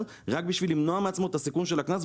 רק בשביל למנוע מעצמו את הסיכון של הקנס,